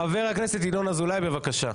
חבר הכנסת ינון אזולאי, בבקשה.